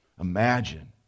Imagine